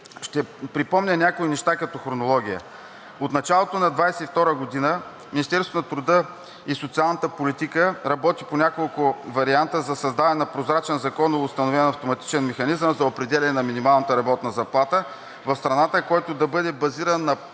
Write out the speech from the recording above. Ще припомня някои неща като хронология. От началото на 2022 г. Министерство на труда и социалната политика работи по няколко варианта за създаване на прозрачен законоустановен автоматичен механизъм за определяне на минималната работна заплата в страната, който да бъде базиран на